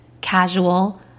casual